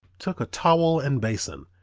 took a towel and basin,